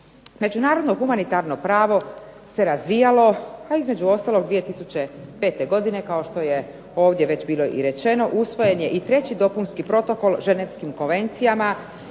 međunarodno humanitarno pravo se razvijalo a između ostalog 2005. godine kao što je ovdje bilo već rečeno usvojen je i treći dopunski protokol Ženevskim konvencijama